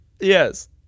Yes